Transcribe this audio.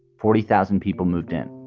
forty thousand people moved in.